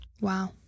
Wow